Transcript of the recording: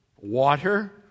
water